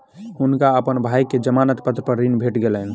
हुनका अपन भाई के जमानत पत्र पर ऋण भेट गेलैन